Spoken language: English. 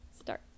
start